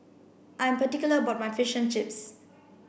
I am particular about my Fish and Chips